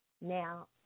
Now